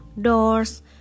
doors